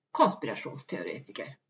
konspirationsteoretiker